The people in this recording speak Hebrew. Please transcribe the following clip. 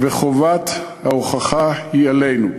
וחובת ההוכחה היא עלינו.